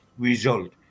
Result